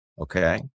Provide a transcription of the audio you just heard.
Okay